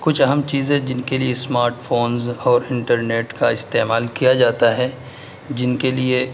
کچھ اہم چیزیں جن کے لیے اسمارٹ فونس اور انٹرنیٹ کا استعمال کیا جاتا ہے جن کے لیے